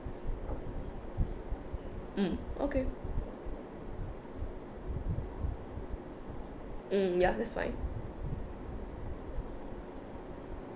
mm okay mm ya that's fine